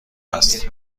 است